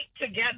together